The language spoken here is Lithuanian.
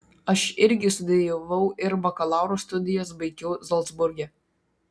aš irgi studijavau ir bakalauro studijas baigiau zalcburge